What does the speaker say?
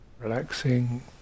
Relaxing